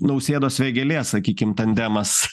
nausėdos vėgėlės sakykim tandemas